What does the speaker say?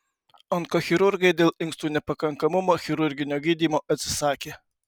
onkochirurgai dėl inkstų nepakankamumo chirurginio gydymo atsisakė